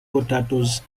potatoes